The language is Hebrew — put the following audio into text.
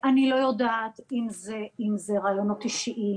אני לא יודעת אם זה ראיונות אישיים.